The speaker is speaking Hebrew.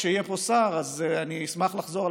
כשיהיה פה שר אז אני אשמח לחזור על